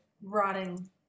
rotting